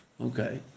Okay